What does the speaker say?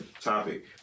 topic